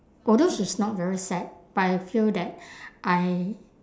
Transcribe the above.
although she is not very sad but I feel that I